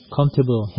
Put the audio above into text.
comfortable